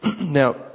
Now